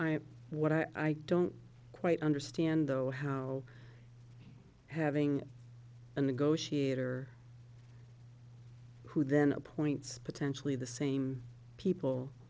my what i don't quite understand though how having a negotiator who then appoints potentially the same people